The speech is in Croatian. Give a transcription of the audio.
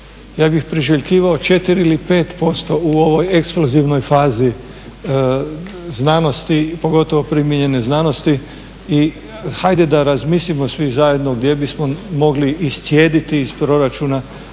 ja bih priželjkivao 4 ili 5% u ovoj eksplozivnoj fazi znanosti, pogotovo primijenjene znanosti i hajde da razmislimo svi zajedno gdje bismo mogli iscijediti iz proračuna